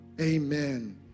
Amen